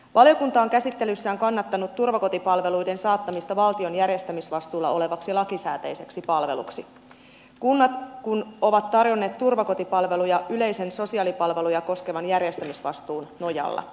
valiokunta on käsittelyssään kannattanut turvakotipalveluiden saattamista valtion järjestämisvastuulla olevaksi lakisääteiseksi palveluksi kunnat kun ovat tarjonneet turvakotipalveluja yleisen sosiaalipalveluja koskevan järjestämisvastuun nojalla